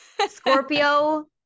Scorpio